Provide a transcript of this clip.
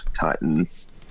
Titans